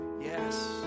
yes